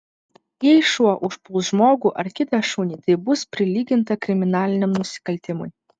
jei šuo užpuls žmogų ar kitą šunį tai bus prilyginta kriminaliniam nusikaltimui